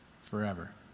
forever